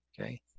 Okay